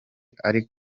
ari